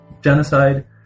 Genocide